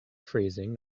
freezing